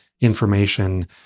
information